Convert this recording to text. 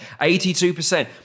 82%